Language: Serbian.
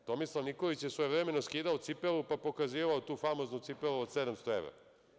Tomislav Nikolić je svojevremeno skidao cipelu pa pokazivao tu famoznu cipelu od 700 evra.